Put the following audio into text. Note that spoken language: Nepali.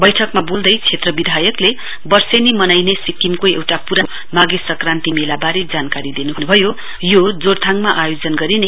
बैठकमा बोल्दै क्षेत्र विधायक वर्षेनी मनाइने सिक्किमको एउटा पुरानो उत्सव माघे संक्रान्ति मेला बारे जानकारी दिनुभयो र भन्नुभयो यो जोरथाङमा आयोजन गरियो